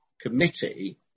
committee